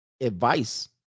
advice